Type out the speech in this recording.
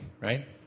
right